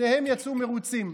שניהם יצאו מרוצים.